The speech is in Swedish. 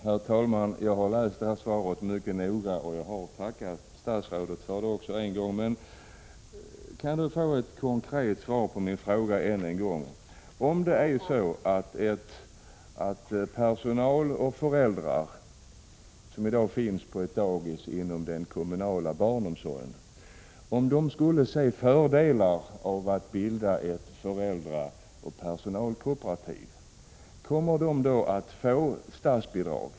Herr talman! Jag har läst svaret mycket noga, och jag har också tackat statsrådet för det. Kan jag nu få ett konkret svar på min fråga? Om personal och föräldrar på ett dagis inom den kommunala barnomsorgen skulle se fördelar av att bilda ett föräldraoch personalkooperativ, kommer de då att få statsbidrag?